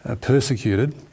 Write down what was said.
persecuted